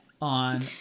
on